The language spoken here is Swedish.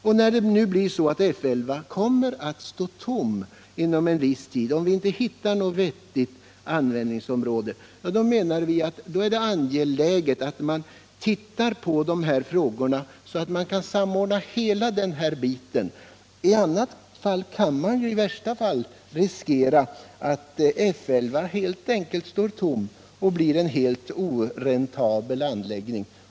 Och när nu F 11 kommer att stå tom inom en viss tid, om vi inte hittar något vettigt användningsområde, då menar vi att det är angeläget att se på de här frågorna så att man kan göra en samordning inom hela området. Annars kan man i värsta fall riskera att F 11 helt enkelt står tom och blir en oräntabel anläggning.